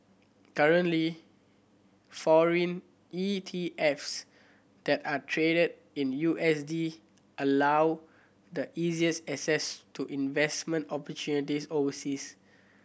currently foreign E T Fs that are traded in U S D allow the easiest access to investment opportunities overseas